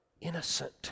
innocent